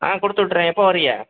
ஆ கொடுத்து விட்டுறேன் எப்போது வரீங்க